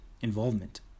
involvement